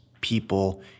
people